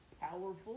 powerful